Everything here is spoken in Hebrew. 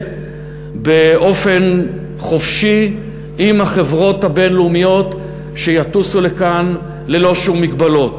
באופן חופשי עם החברות הבין-לאומיות שיטוסו לכאן ללא שום מגבלות,